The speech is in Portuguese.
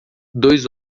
dois